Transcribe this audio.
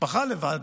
והמשפחה לבד.